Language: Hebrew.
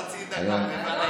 זה כבר היום.